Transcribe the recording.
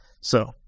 So-